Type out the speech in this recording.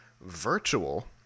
virtual